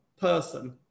person